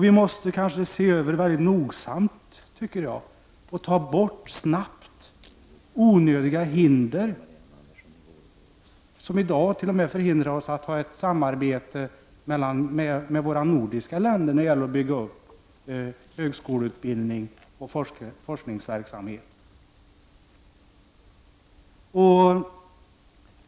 Vi måste kanske mycket nogsamt se över och snabbt ta bort onödiga hinder som i dag t.o.m. förhindrar oss att ha ett samarbete med våra nordiska grannländer, då det gäller att bygga upp högskoleutbildning och forskningsverksamhet.